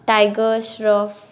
tiger Shroff